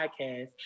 podcast